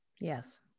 Yes